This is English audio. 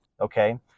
okay